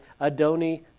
Adoni